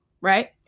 right